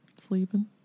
Sleeping